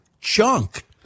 junk